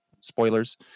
spoilers